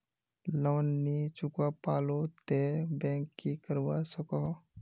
Loan नी चुकवा पालो ते बैंक की करवा सकोहो?